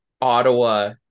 Ottawa